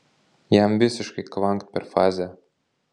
jam visiškai kvankt per fazę